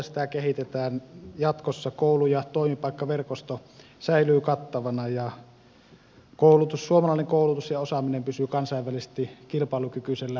sitä kehitetään jatkossa koulu ja toimipaikkaverkosto säilyy kattavana ja suomalainen koulutus ja osaaminen pysyvät kansainvälisesti kilpailukykyisellä huipputasolla